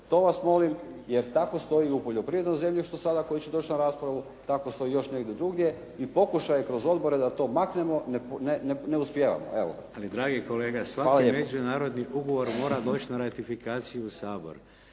to vas molim jer tako stoji u poljoprivrednom zemljištu sada koji će doći na raspravu, tako stoji još negdje drugdje i pokušaj je kroz odbore da to maknemo, ne uspijevamo. Evo, hvala lijepo. **Šeks, Vladimir (HDZ)** Ali dragi kolega, svaki međunarodni ugovor mora doći na ratifikaciju u Sabor.